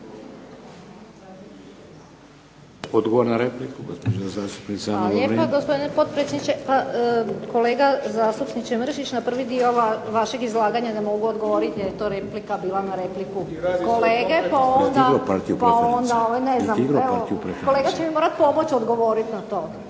Odgovor na repliku gospođa zastupnica